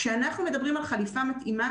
כשאנחנו מדברים על חליפה מתאימה,